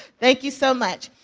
thank you so much.